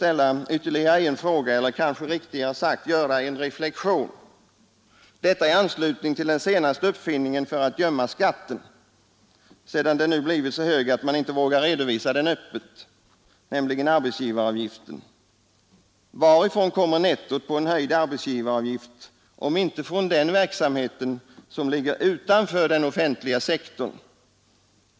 älla ytterligare en fråga, eller kanske riktigare sagt göra en reflexion, detta i anslutning till den senaste uppfinningen för att gömma skatten, sedan den nu blivit så hög att man inte vågar redovisa den öppet, nämligen arbetsgivaravgiften. Varifrån kommer nettot på en höjd arbetsgivaravgift om inte från den verksamhet som ligger utanför den offentliga sektorn?